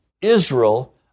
Israel